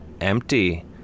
empty